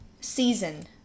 season